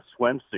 swimsuit